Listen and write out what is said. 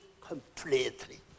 completely